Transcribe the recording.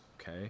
okay